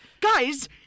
Guys